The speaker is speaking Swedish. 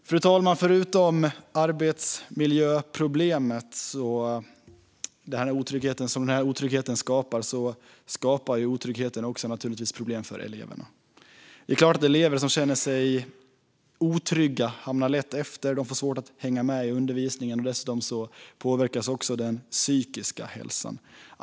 Fru talman! Förutom att vara ett arbetsmiljöproblem skapar otryggheten naturligtvis också problem för eleverna. Det är klart att elever som känner sig otrygga lätt hamnar efter. De får svårt att hänga med i undervisningen. Dessutom påverkar det den psykiska hälsan.